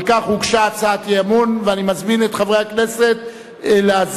על כך הוגשה הצעת אי-אמון ואני מזמין את חברי הכנסת להצביע,